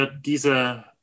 diese